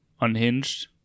unhinged